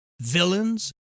villains